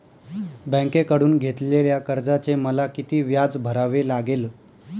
बँकेकडून घेतलेल्या कर्जाचे मला किती व्याज भरावे लागेल?